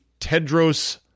Tedros